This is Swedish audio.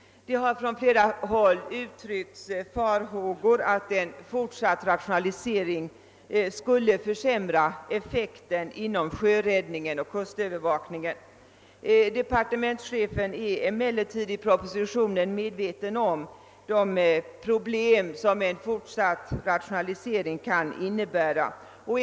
Det har från flera håll uttryckts farhågor för att en fortsatt rationalisering skulle försämra effektiviteten inom sjöräddningen och kustövervakningen. Departementschefen säger dock i propositionen att han är medveten om de problem som en fortsatt rationalisering kan föra med sig.